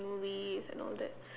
movies and all that